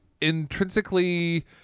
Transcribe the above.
intrinsically